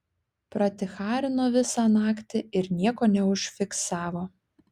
praticharino visą naktį ir nieko neužfiksavo